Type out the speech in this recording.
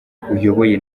uyobowe